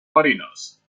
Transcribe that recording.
marinas